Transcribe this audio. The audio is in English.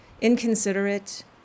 inconsiderate